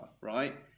right